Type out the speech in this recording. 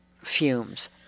fumes